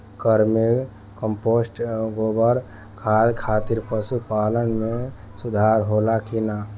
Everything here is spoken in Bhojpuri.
वर्मी कंपोस्ट गोबर खाद खातिर पशु पालन में सुधार होला कि न?